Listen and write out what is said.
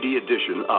edition